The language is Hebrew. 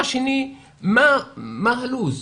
מה הלו"ז?